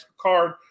Card